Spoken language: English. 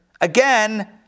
again